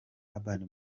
urban